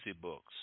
books